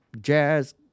Jazz